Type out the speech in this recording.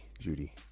Judy